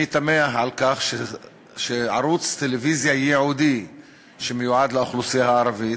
אני תמה על כך שערוץ טלוויזיה ייעודי שמיועד לאוכלוסייה הערבית,